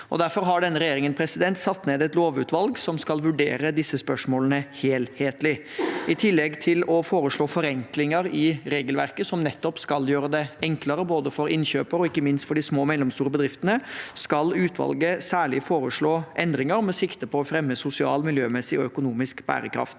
Derfor har denne regjeringen satt ned et lovutvalg som skal vurdere disse spørsmålene helhetlig. I tillegg til å foreslå forenklinger i regelverket, som nettopp skal gjøre det enklere både for innkjøpere og ikke minst for de små og mellomstore bedriftene, skal utvalget særlig foreslå endringer med sikte på å fremme sosial, miljømessig og økonomisk bærekraft.